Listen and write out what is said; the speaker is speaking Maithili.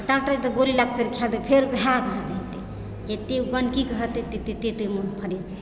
डॉक्टर तऽ गोली लएके खेतै फेर वएह ठाम जेतै जत्ते उ गन्दगीके हटेतै तत्ते ओकर मोन फ्रेश हेतै